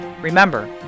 Remember